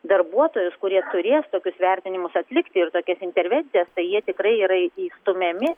darbuotojus kurie turės tokius vertinimus atlikti ir tokias intervencijas tai jie tikrai yra įstumiami